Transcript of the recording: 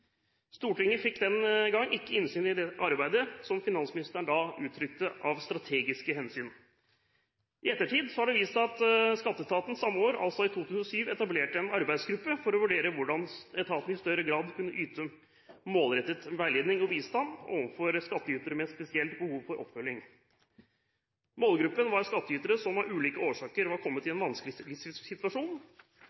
Stortinget fikk den gang ikke innsyn i dette arbeidet av – som finansministeren den gang uttrykte det – strategiske hensyn. I ettertid har det vist seg at skatteetaten samme år, altså i 2007, etablerte en arbeidsgruppe for å vurdere hvordan etaten i større grad kunne yte målrettet veiledning og bistand overfor skattytere med spesielt behov for oppfølging. Målgruppen var skattytere som av ulike årsaker var kommet i